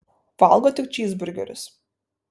valgo tik čyzburgerius